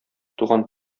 туган